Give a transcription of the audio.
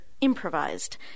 improvised